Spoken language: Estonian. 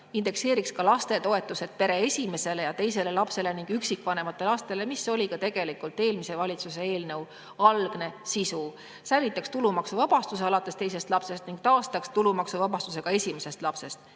indekseeritaks ka toetused pere esimesele ja teisele lapsele ning üksikvanemate lastele, mis oli ka tegelikult eelmise valitsuse eelnõu algne sisu. Säilida võiks tulumaksuvabastus alates teisest lapsest ning taastada tuleks tulumaksuvabastus esimesest lapsest."Eestis